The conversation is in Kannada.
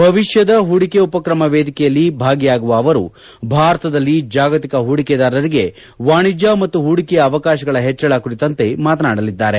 ಭವಿಷ್ಣದ ಹೂಡಿಕೆ ಉಪಕ್ರಮ ವೇದಿಕೆಯಲ್ಲಿ ಭಾಗಿಯಾಗುವ ಅವರು ಭಾರತದಲ್ಲಿ ಜಾಗತಿಕ ಪೂಡಿಕೆದಾರರಿಗೆ ವಾಣಿಜ್ಯ ಮತ್ತು ಹೂಡಿಕೆಯ ಅವಕಾಶಗಳ ಹೆಚ್ಚಳ ಕುರಿತಂತೆ ಮಾತನಾಡಲಿದ್ದಾರೆ